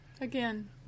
Again